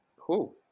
Cool